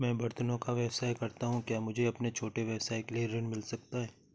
मैं बर्तनों का व्यवसाय करता हूँ क्या मुझे अपने छोटे व्यवसाय के लिए ऋण मिल सकता है?